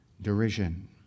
derision